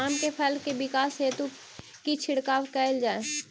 आम केँ फल केँ विकास हेतु की छिड़काव कैल जाए?